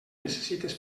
necessites